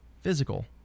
Physical